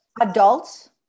Adults